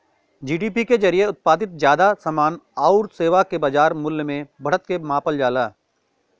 GDP के जरिये उत्पादित जादा समान आउर सेवा क बाजार मूल्य में बढ़त के मापल जाला